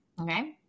Okay